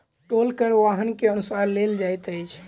टोल कर वाहन के अनुसार लेल जाइत अछि